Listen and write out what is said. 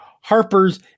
Harper's